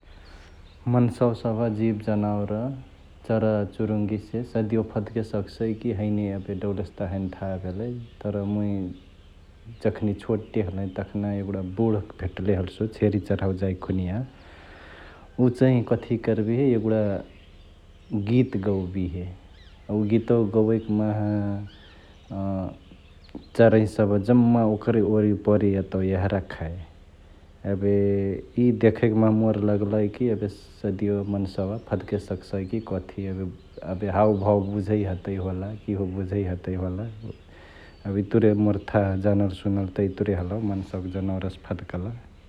मन्सवा सभ जिब जनावर, चराचुरुङ्गिसे सदियो फद्के सकसई कि हैने एबे डौले त हैने थाह भेलई, तर मुइ जखनी छोटे हलही तखना एगुडा बुढ भेट्ले हल्सु छेरी चह्रावे जाइकी खुनिया । उ चैं कथी करबिहे एगुडा गीत गौबिहे, अ उ गीतवा गवैक माहा चराइ सभ जम्मा ओकरे ओरिपरी एतौ यहरा खाए, एबे इ देखैक माहा मोर लगलईकी एबे सदियो मन्सवा फद्के सक्सई कि कथी एबे ,एबे हाउभाउ बुझै हतै होला किहो बुझै हतै होला । एबे इतुरे मोर थाह जानल सुनल त इतुरे हलौ मन्सावक जनावरसे फद्कल ।